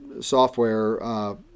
software